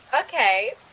Okay